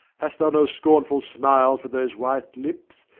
hast thou no scornful smile for those white lips,